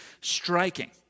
striking